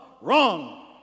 Wrong